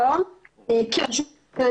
עולה פה כל הזמן הצורך בחקיקה ברמה